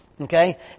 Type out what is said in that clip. Okay